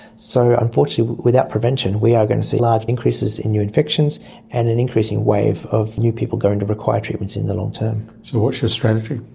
so unfortunately without prevention we are going to see large increases in new infections and an increasing wave of new people going to require treatments in the long term. so what's your strategy?